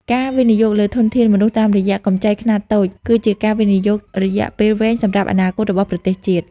ការវិនិយោគលើធនធានមនុស្សតាមរយៈកម្ចីខ្នាតតូច គឺជាការវិនិយោគរយៈពេលវែងសម្រាប់អនាគតរបស់ប្រទេសជាតិ។